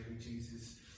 Jesus